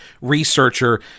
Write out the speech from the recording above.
researcher